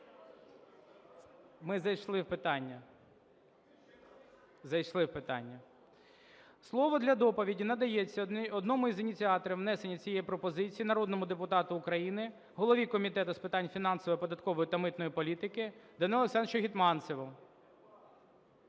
Ми зайшли в питання. Зайшли в питання. Слово для доповіді надається одному із ініціаторів внесення цієї пропозиції народному депутату України, голові Комітету з питань фінансів, податкової та митної політики Данилу Олександровичу Гетманцеву.